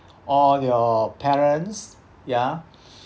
or your parents ya